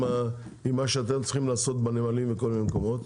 מה שאתם צריכים לעשות בנמלים ובכל מיני מקומות.